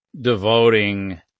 devoting